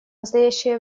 настоящее